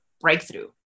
breakthrough